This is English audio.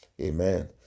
Amen